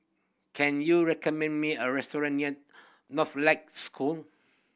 can you recommend me a restaurant near Northlight School